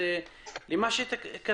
שזה פרויקט החקירה המכוונת,